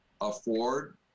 afford